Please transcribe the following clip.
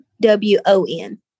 W-O-N